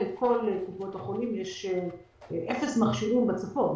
לכל קופות החולים יש אפס מכשירים שלהם בצפון,